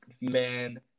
Man